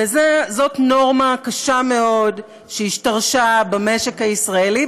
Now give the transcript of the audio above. וזאת נורמה קשה מאוד שהשתרשה במשק הישראלי,